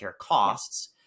costs